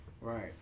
Right